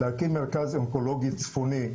להקים מרכז אונקולוגי צפוני,